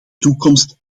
toekomst